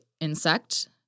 insect